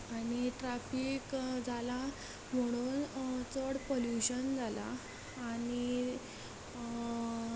आनी ट्राफीक जालां म्हणून चड पोलुशन जालां आनी